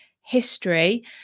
History